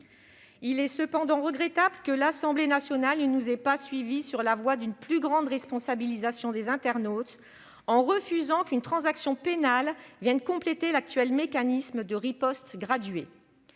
Il est cependant regrettable que l'Assemblée nationale ne nous ait pas suivis sur la voie d'une plus grande responsabilisation des internautes, en refusant qu'une transaction pénale vienne compléter l'actuel mécanisme de riposte graduée.